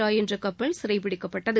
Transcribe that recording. ராய் என்ற கப்பல் சிறைபிடிக்கப்பட்டது